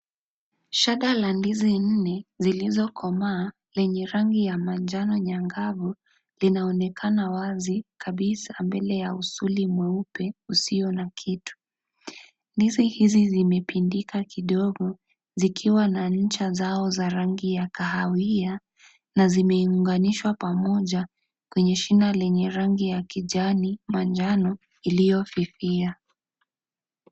Shada la ndizi nne zilizokomaa yenye rangi ya manjano angavu linaonekana wazi kabisa mbele ya usuli mweupe usiona kitu. Ndizi hizi zimepindika kidogo zikiwa na ncha zao za rangi ya kahawia na zimeunganishwa pamoja kwenye shina lenye rangi ya kijani , manjano iliyofifia.